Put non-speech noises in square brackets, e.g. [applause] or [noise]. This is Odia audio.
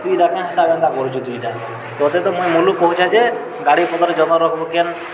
ତୁଇ ଇ'ଟା କାଏଁ [unintelligible] କରୁଛୁ ତୁଇ ଇ'ଟା ତତେ ତ ମୁଇଁ ମୁଲ୍ହୁ କହୁଛେଁ ଯେ ଗାଡ଼ିପତର୍ ଯତନ୍ ରଖ୍ବୁ କେନ୍